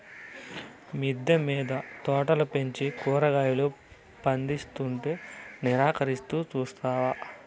మిద్దె మింద తోటలు పెంచి కూరగాయలు పందిస్తుంటే నిరాకరిస్తూ చూస్తావా